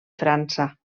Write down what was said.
frança